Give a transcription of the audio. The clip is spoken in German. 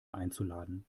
einzuladen